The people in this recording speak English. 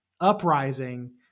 Uprising